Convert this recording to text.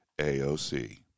AOC